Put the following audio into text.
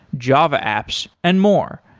java apps and more.